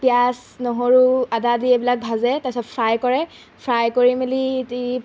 পিঁয়াজ নহৰু আদা আদি এইবিলাক ভাজে তাৰপিছত ফ্ৰাই কৰে ফ্ৰাই কৰি মেলি দি